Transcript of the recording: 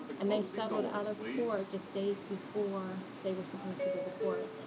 and they settled out of court just days before they were supposed to go to court.